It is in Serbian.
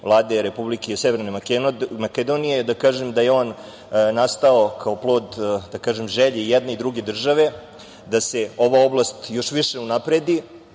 Vlade Republike Severne Makedonije da kažem da je on nastao kao plod želje i jedne i druge države da se ova oblast još više unapredi,